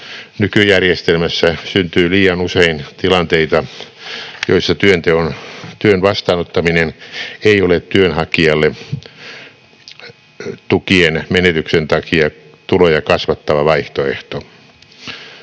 Nykyjärjestelmässä syntyy liian usein tilanteita, joissa työn vastaanottaminen ei ole työnhakijalle tukien menetyksien takia tuloja kasvattava vaihtoehto.